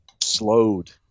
slowed